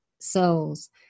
souls